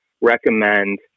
recommend